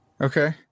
Okay